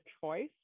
choice